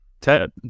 Ted